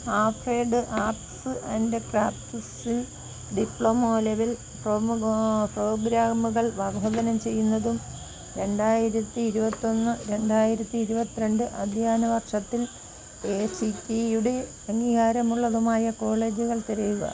applied arts and ക്രാഫ്റ്റ്സ്ൽ diploma level പ്രോഗ്രാമുകൾ വാഗ്ദനം ചെയ്യുന്നതും രണ്ടായിരത്തി ഇരുപത്തൊന്ന് രണ്ടായിരത്തി ഇരുപത്തിരണ്ട് അധ്യയന വർഷത്തിൽ എ സി റ്റി യുടെ അംഗീകാരമുള്ളതുമായ കോളേജുകൾ തിരയുക